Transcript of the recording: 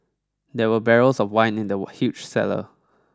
there were barrels of wine in the huge cellar